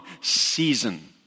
season